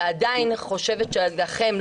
ועדיין חושבת שלכם,